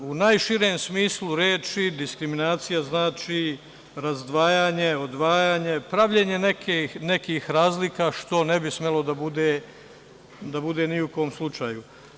U najširem smislu reči, diskriminacija znači razdvajanje, odvajanje, pravljenje nekih razlika, što ne bi smelo da bude ni u kom slučaju.